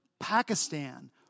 Pakistan